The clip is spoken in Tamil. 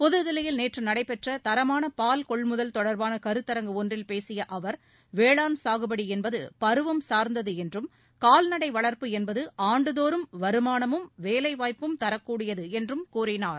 புதுதில்லியில் நேற்று நடைபெற்ற தரமான பால் கொள்முதல் தொடர்பான கருத்தரங்கு ஒன்றில் பேசிய அவர் வேளாண் சாகுபடி என்பது பருவம் சார்ந்தது என்றும் கால்நடை வளர்ப்பு என்பது ஆண்டுதோறும் வருமானமும் வேலைவாய்ப்பும் தரக்கூடியது என்றும் கூறினார்